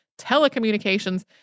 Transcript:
telecommunications